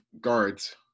guards